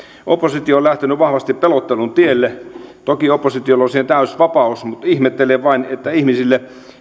oppositio on lähtenyt vahvasti pelottelun tielle toki oppositiolla on siihen täysi vapaus mutta ihmettelen vain että ihmisille